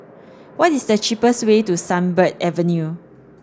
what is the cheapest way to Sunbird Avenue